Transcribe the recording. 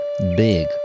big